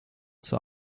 zur